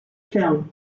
film